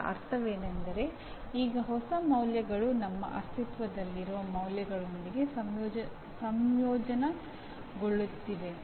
ಇದರ ಅರ್ಥವೇನೆಂದರೆ ಈಗ ಹೊಸ ಮೌಲ್ಯಗಳು ನಮ್ಮ ಅಸ್ತಿತ್ವದಲ್ಲಿರುವ ಮೌಲ್ಯಗಳೊಂದಿಗೆ ಸಂಯೋಜನೆಗೊಳ್ಳುತ್ತಿವೆ